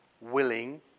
willing